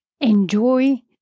enjoy